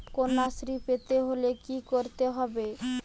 কন্যাশ্রী পেতে হলে কি করতে হবে?